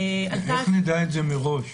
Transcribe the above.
איך אנחנו יודעים את זה מראש?